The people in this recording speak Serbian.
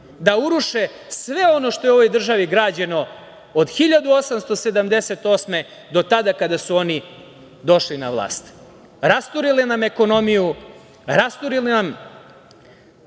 da uruše sve ono što je u ovoj državi građeno od 1878. godine, do tada kada su oni došli na vlast. Rasturili nam ekonomiju, rasturili nam